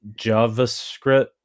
JavaScript